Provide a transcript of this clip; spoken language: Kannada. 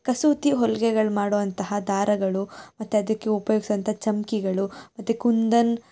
ಕಸೂತಿ ಹೊಲ್ಗೆಗಳು ಮಾಡುವಂತಹ ದಾರಗಳು ಮತ್ತು ಅದಕ್ಕೆ ಉಪಯೋಗ್ಸುವಂಥ ಚಮ್ಕಿಗಳು ಮತ್ತು ಕುಂದನ್